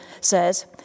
says